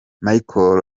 michael